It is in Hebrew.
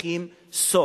צריכים סוף,